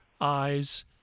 eyes